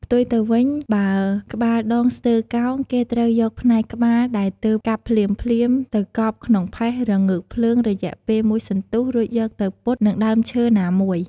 ផ្ទុយទៅវិញ បើក្បាលដងស្ទើរកោង គេត្រូវយកផ្នែកក្បាលដែលទើបកាប់ភ្លាមៗ ទៅកប់ក្នុងផេះរងើកភ្លើងរយៈពេលមួយសន្ទុះ រួចយកទៅពត់នឹងដើមឈើណាមួយ ។